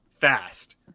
fast